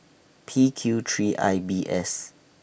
P Q three I B S